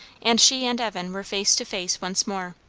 and she and evan were face to face once more.